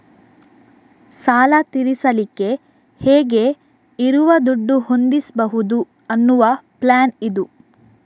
ಸಾಲ ತೀರಿಸಲಿಕ್ಕೆ ಹೇಗೆ ಇರುವ ದುಡ್ಡು ಹೊಂದಿಸ್ಬಹುದು ಅನ್ನುವ ಪ್ಲಾನ್ ಇದು